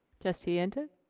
trustee and